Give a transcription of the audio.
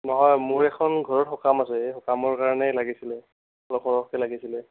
নহয় মোৰ এখন ঘৰত সকাম আছে এই সকামৰ কাৰণে লাগিছিলে অলপ সৰহকৈ লাগিছিলে